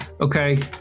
Okay